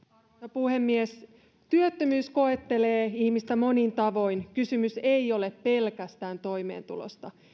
puhemies työttömyys koettelee ihmistä monin tavoin kysymys ei ole pelkästään toimeentulosta